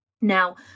Now